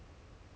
so